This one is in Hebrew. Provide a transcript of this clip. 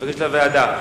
מבקשת להעביר לוועדה.